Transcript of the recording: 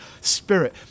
spirit